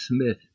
Smith